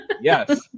Yes